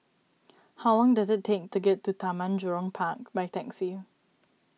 how long does it take to get to Taman Jurong Park by taxi